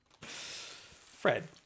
Fred